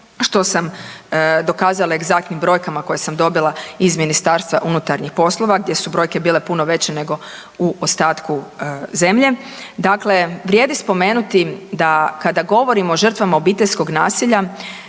što sam dokazala egzaktnim brojkama koje sam dobila iz MUP-a, gdje su brojke bile puno veće nego u ostatku zemlje. Dakle, vrijedi spomenuti da kada govorimo o žrtvama obiteljskog nasilja,